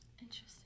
Interesting